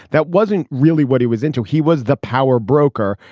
that wasn't really what he was into. he was the power broker.